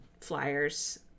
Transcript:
flyers